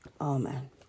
Amen